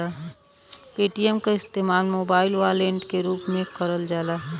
Paytm क इस्तेमाल mobile wallet के रूप में करल जाला